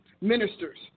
ministers